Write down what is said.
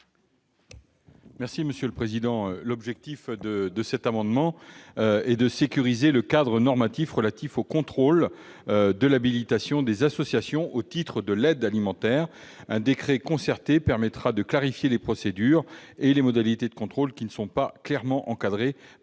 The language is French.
est à M. le ministre. L'objet de cet amendement est de sécuriser le cadre normatif relatif aux contrôles de l'habilitation des associations au titre de l'aide alimentaire. Un décret concerté devra permettre de clarifier les procédures et les modalités de contrôle qui ne sont pas clairement encadrées par la loi